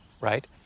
right